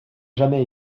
jamais